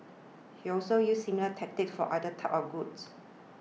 she also used similar tactics for other types of goods